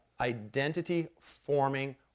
identity-forming